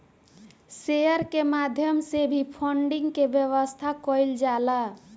share के माध्यम से भी फंडिंग के व्यवस्था कईल जाला